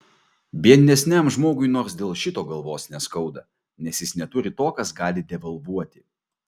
biednesniam žmogui nors dėl šito galvos neskauda nes jis neturi to kas gali devalvuoti